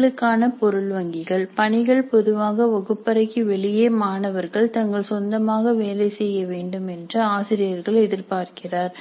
பணிகளுக்கான பொருள் வங்கிகள் பணிகள் பொதுவாக வகுப்பறைக்கு வெளியே மாணவர்கள் தங்கள் சொந்தமாக வேலை செய்ய வேண்டும் என்று ஆசிரியர் எதிர்பார்க்கிறார்